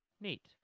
Neat